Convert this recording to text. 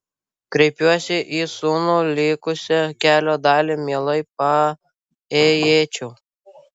kreipiuosi į sūnų likusią kelio dalį mielai paėjėčiau